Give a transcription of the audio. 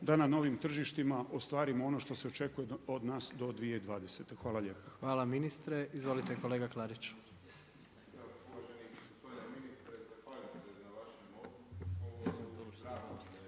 da na novim tržištima ostvarimo ono što se očekuje od nas do 2020. Hvala lijepo. **Jandroković, Gordan (HDZ)** Hvala